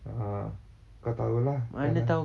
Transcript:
uh kau tahu lah